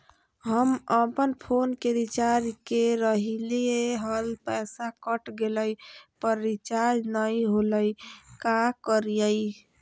हम अपन फोन के रिचार्ज के रहलिय हल, पैसा कट गेलई, पर रिचार्ज नई होलई, का करियई?